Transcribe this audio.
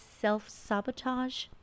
self-sabotage